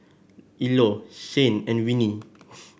Ilo Shane and Winnie